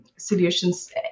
solutions